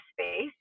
space